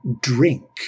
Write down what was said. drink